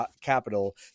capital